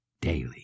Daily